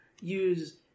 use